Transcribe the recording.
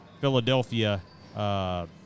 Philadelphia –